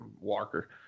Walker